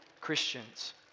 Christians